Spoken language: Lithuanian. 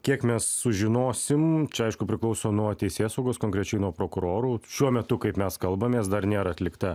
kiek mes sužinosim čia aišku priklauso nuo teisėsaugos konkrečiai nuo prokurorų šiuo metu kaip mes kalbamės dar nėra atlikta